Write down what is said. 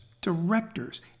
directors